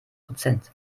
prozent